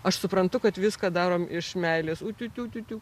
aš suprantu kad viską darom iš meilės utiutiu tiutiu